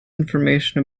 information